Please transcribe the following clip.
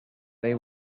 they